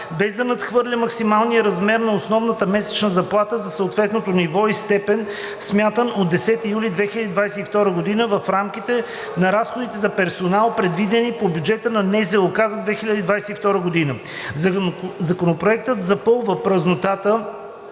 без да надхвърля максималния размер на основната месечна заплата за съответното ниво и степен, смятан от 10 юли 2022 г., в рамките на разходите за персонал, предвидени по бюджета на НЗОК за 2022 г. Законопроектът запълва празнота